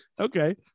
okay